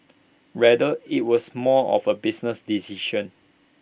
rather IT was more of A business decision